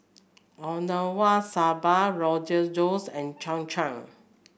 Okinawa Soba Rogan Josh and Cham Cham